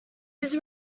his